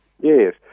Yes